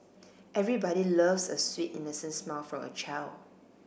everybody loves a sweet innocent smile from a child